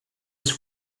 his